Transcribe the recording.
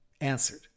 answered